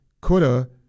coulda